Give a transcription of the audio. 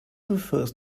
refers